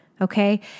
Okay